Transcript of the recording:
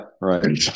right